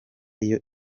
iyo